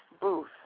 booth